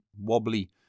wobbly